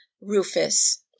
Rufus